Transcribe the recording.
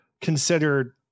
considered